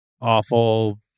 awful